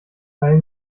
teil